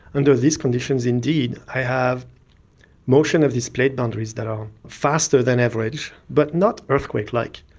under these conditions indeed i have motion of these plate boundaries that are faster than average, but not earthquake-like.